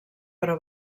però